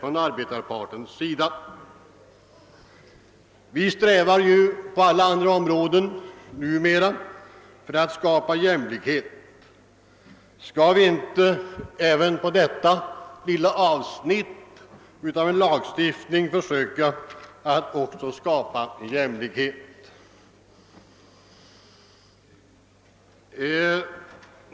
På alla andra områden strävar vi ju numera efter att skapa jämlikhet. Skall vi inte försöka att även på detta lilla avsnitt skapa jämlikhet?